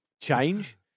change